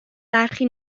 برخی